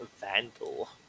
Vandal